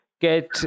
get